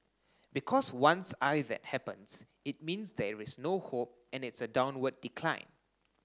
because once I that happens it means there is no hope and it's a downward decline